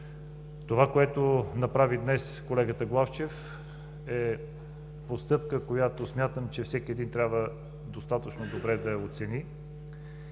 Това, което направи днес колегата Главчев, е постъпка, която смятам, че всеки един трябва достатъчно добре да оцени